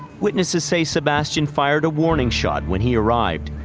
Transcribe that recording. witnesses say sebastian fired a warning shot when he arrived,